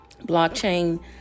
blockchain